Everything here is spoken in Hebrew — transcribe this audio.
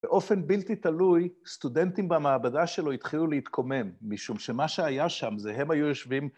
באופן בלתי תלוי סטודנטים במעבדה שלו התחילו להתקומם משום שמה שהיה שם זה הם היו יושבים...